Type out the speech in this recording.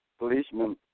Policeman